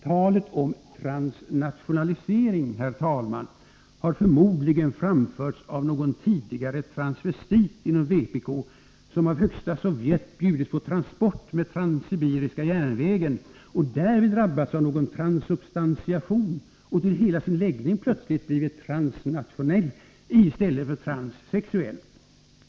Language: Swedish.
Talet om transnationalisering har förmodligen framförts av någon tidigare transvestit inom vpk som av Högsta Sovjet bjudits på transport med Transsibiriska järnvägen och därvid drabbats av någon transsubstantiation och till hela sin läggning plötsligt blivit transnationell i stället för transsexuell!